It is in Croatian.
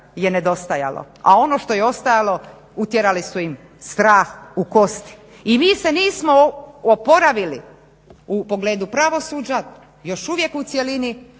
je nedostajalo, a ono što je ostajalo utjerali su im strah u kosti i mi se nismo oporavili u pogledu pravosuđa još uvijek u cjelini